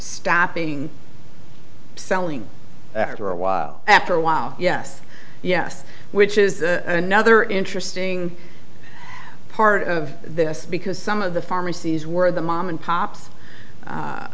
stopping selling after a while after a while yes yes which is another interesting part of this because some of the pharmacies where the mom and pops